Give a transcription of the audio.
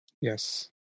Yes